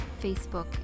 Facebook